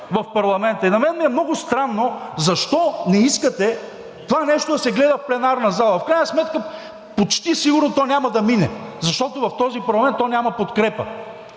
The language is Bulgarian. в парламента и на мен ми е много странно защо не искате това нещо да се гледа в пленарната зала. В крайна сметка почти сигурно то няма да мине, защото в този парламент то няма подкрепа.